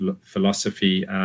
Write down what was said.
philosophy